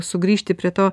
sugrįžti prie to